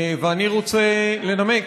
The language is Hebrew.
ואני רוצה לנמק.